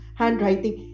handwriting